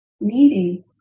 needy